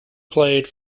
played